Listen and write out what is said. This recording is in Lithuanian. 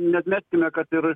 neatmeskime kad ir